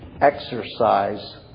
exercise